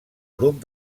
grup